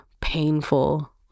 painful